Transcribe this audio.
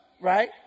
Right